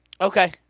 Okay